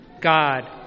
God